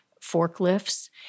forklifts